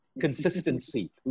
consistency